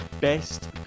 best